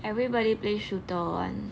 everybody plays shooter [one]